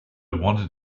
wanted